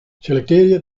selektearje